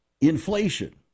inflation